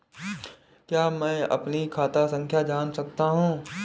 क्या मैं अपनी खाता संख्या जान सकता हूँ?